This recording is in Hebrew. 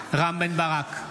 ברק,